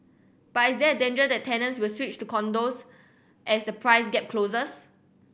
but is there a danger that tenants will switch to condos as the price gap closes